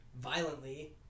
violently